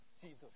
Jesus